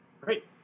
Great